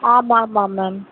ஆமாம் ஆமாம் மேம்